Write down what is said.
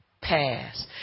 pass